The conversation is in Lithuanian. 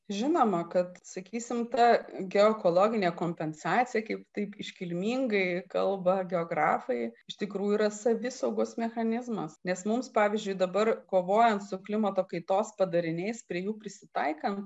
žinoma kad sakysim ta geoekologinė kompensacija kaip taip iškilmingai kalba geografai iš tikrųjų yra savisaugos mechanizmas nes mums pavyzdžiui dabar kovojant su klimato kaitos padariniais prie jų prisitaikant